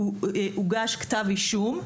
הוגש כתב אישום,